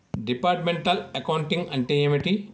Departmental accounting అంటే ఏమిటి?